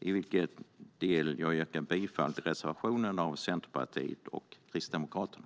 i vilken del jag yrkar bifall till reservationen från Centerpartiet och Kristdemokraterna.